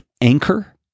Anchor